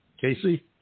Casey